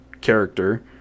character